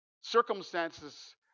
circumstances